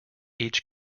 each